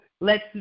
lets